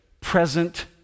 present